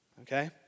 okay